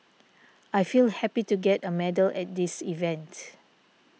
I feel happy to get a medal at this event